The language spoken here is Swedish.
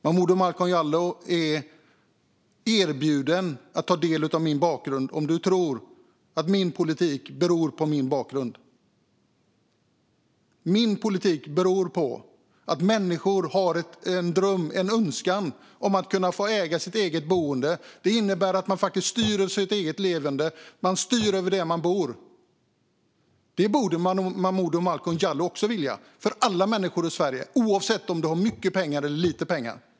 Momodou Malcolm Jallow är erbjuden att ta del av min bakgrund om han tror att min politik beror på min bakgrund. Min politik beror på att människor har en önskan om att kunna äga sitt eget boende. Det innebär att man faktiskt styr över sitt eget leverne och över var man bor. Det borde Momodou Malcolm Jallow också vilja, för alla människor i Sverige - oavsett om man har lite eller mycket pengar.